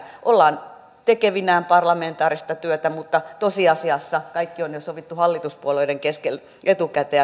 ollaan tekevinään parlamentaarista työtä mutta tosiasiassa kaikki on jo sovittu hallituspuolueiden kesken etukäteen